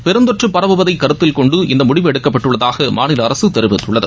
பெருந்தொற்று பரவுவதை கருத்தில்கொண்டு இந்த முடிவு எடுக்கப்பட்டுள்ளதாக மாநில அரசு தெரிவித்துள்ளது